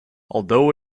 although